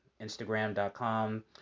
instagram.com